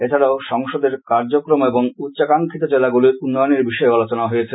এছাড়া সংসদের কার্যক্রম এবং উষ্চাকাঙ্খিত জেলাগুলোর উন্নয়নের বিষয়েও আলোচনা হয়েছে